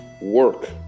work